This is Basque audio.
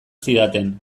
zidaten